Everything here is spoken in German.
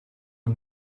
und